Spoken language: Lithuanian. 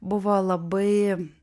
buvo labai